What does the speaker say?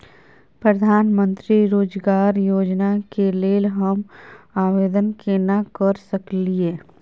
प्रधानमंत्री रोजगार योजना के लेल हम आवेदन केना कर सकलियै?